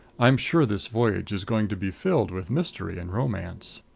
i'm sure this voyage is going to be filled with mystery and romance.